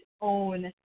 own